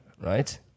right